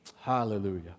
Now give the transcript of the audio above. Hallelujah